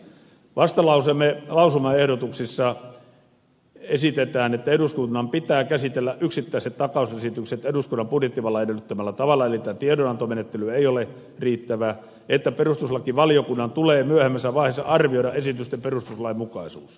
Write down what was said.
vastalauseemme lausumaehdotuksissa esitetään että eduskunnan pitää käsitellä yksittäiset takausesitykset eduskunnan budjettivallan edellyttämällä tavalla eli tämä tiedonantomenettely ei ole riittävä ja että perustuslakivaliokunnan tulee myöhemmässä vaiheessa arvioida esitysten perustuslainmukaisuus